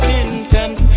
intent